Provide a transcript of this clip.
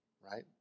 right